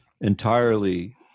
entirely